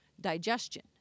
digestion